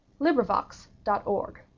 LibriVox.org